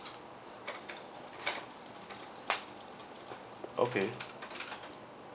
okay